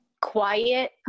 Quiet